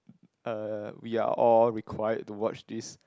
uh we are all required to watch this